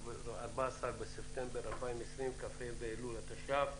היום ה-14 בספטמבר 22020 כ"ה באלול התש"ף.